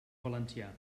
valencià